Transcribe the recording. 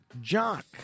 Jock